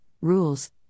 Rules